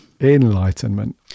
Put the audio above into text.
Enlightenment